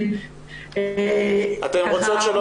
התש"ט-1949,